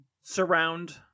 surround